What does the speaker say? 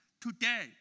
Today